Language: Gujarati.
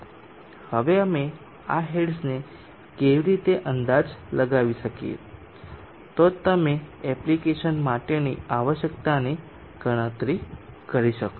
હવે અમે આ હેડ્સ ને કેવી રીતે અંદાજ લગાવી શકીએ તો જ તમે તે એપ્લિકેશન માટેની આવશ્યકતાની ગણતરી કરી શકશો